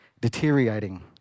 deteriorating